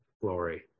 glory